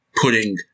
putting